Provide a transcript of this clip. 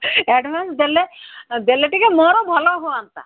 advance ଦେଲେ ଦେଲେ ଟିକିଏ ମୋର ଭଲ ହୁଅନ୍ତା